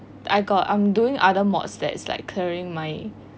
I got I am doing other mods that's like clearing my